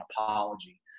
apology